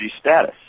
status